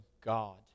God